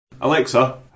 Alexa